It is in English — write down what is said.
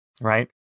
right